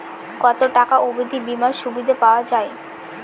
কত টাকা অবধি বিমার সুবিধা পাওয়া য়ায়?